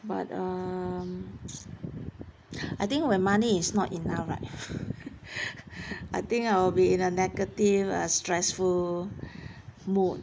but um I think when money is not enough right I think I'll be in a negative uh stressful mood